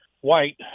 white